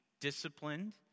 disciplined